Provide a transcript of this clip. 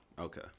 Okay